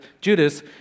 Judas